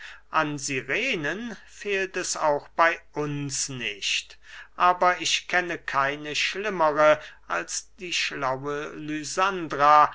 an sirenen fehlt es auch bey uns nicht aber ich kenne keine schlimmere als die schlaue lysandra